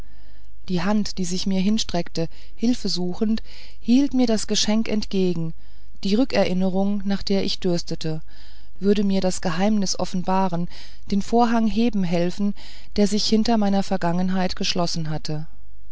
die hand die sich mir hinstreckte hilfe suchend hielt mir das geschenk entgegen die rückerinnerung nach der ich dürstete würde mir das geheimnis offenbaren den vorhang heben helfen der sich hinter meiner vergangenheit geschlossen hatte